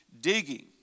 digging